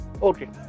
Okay